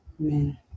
Amen